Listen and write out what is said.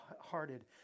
hearted